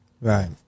Right